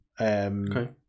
Okay